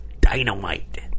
dynamite